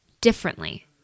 differently